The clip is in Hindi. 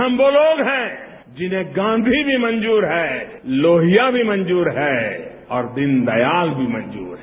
हम वो लोग हैं जिन्हें गांधी भी मंजूर है लोहिया भी मंजूर है और दीनदयाल भी मंजूर है